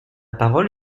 parole